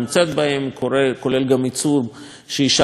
כולל עיצום שהשתנו על "כרמל אולפינים".